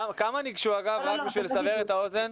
כמה ניגשו אגב, בשביל לסבר את האוזן?